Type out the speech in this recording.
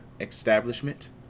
establishment